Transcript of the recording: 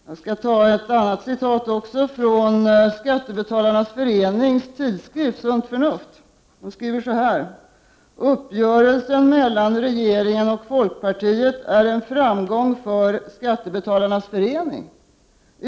Jag skall läsa upp ytterligare ett uttalande i Skattebetalarnas förenings tidskrift Sunt Förnuft: ”Uppgörelsen mellan regeringen och folkpartiet är en framgång för Skattebetalarnas förening.